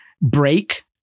break